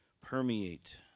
permeate